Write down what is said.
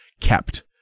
kept